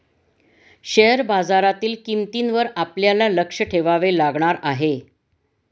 share बाजारातील किंमतींवर आपल्याला लक्ष ठेवावे लागणार आहे